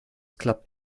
klappt